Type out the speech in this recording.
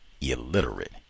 illiterate